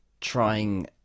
trying